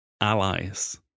allies